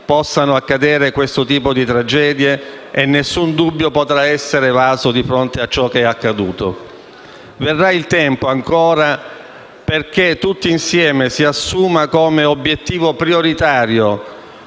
possano accadere questo tipo di tragedie, e nessun dubbio potrà essere evaso di fronte a ciò che è accaduto. Verrà il tempo perché tutti insieme si assuma come obiettivo prioritario